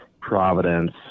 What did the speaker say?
Providence